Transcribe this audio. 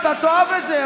אתה תאהב את זה,